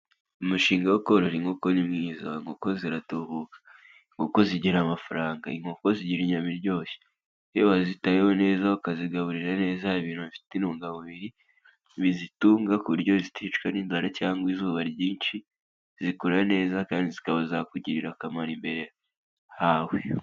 Umushinga wo korora inkoko ni mwiza, inkoko ziratubuka. Inkoko zigira amafaranga, inkoko zigira inyama iryoshye. Iyo wazitayewe neza ukazigaburira neza ibintu bifite intungamubiri, bizitunga ku buryo ziticwa n'inzara cyangwa izuba ryinshi, zikura neza kandi zikaba zakugirira akamaro imbere hawe.